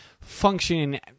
functioning